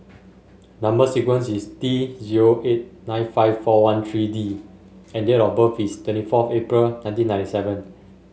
number sequence is T zero eight nine five four one three D and date of birth is twenty four April nineteen ninety seven